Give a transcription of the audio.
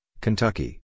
Kentucky